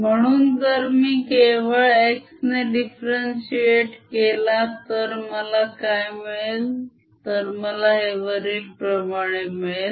म्हणून जर मी केवळ x ने differentiate केला तर मला काय मिळेल तर मला हे वरीलप्रमाणे मिळेल